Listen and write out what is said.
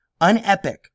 Unepic